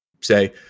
say